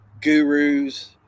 gurus